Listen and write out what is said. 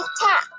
tap